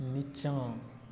निचाँ